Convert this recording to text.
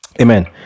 Amen